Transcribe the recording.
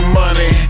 money